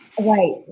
Right